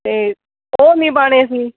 ਅਤੇ ਉਹ ਨਹੀਂ ਪਾਉਣੇ ਸੀ